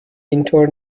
اینطور